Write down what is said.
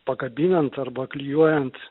pakabinant arba klijuojant